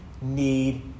need